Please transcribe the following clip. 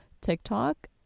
TikTok